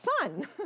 son